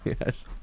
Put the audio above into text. Yes